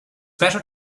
better